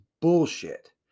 bullshit